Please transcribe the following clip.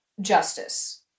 justice